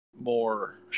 more